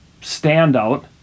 standout